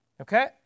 Okay